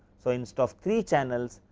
so, instead of three channels,